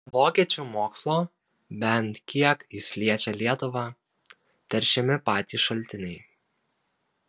vokiečių mokslo bent kiek jis liečią lietuvą teršiami patys šaltiniai